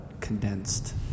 condensed